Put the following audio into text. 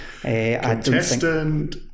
contestant